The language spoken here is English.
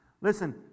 Listen